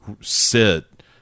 sit